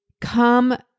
come